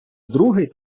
другий